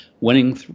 winning